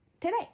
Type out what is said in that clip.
today